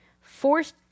forced